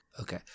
Okay